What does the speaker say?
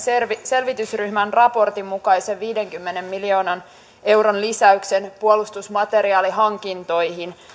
selvitysryhmän raportin mukaisen viidenkymmenen miljoonan euron lisäyksen puolustusmateriaalihankintoihin